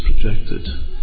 projected